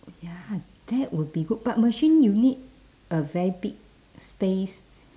ya that would be good but machine you need a very big space